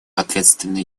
ответственный